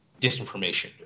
disinformation